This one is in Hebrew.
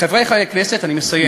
חברי חברי הכנסת, אני מסיים.